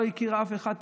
לא הכירה אף אחד,